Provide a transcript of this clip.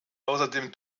außerdem